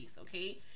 Okay